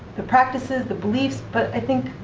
the practices, the beliefs. but i think,